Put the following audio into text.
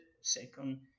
second